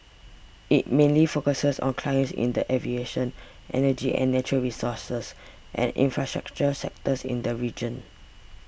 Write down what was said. it mainly focuses on clients in the aviation energy and natural resources and infrastructure sectors in the region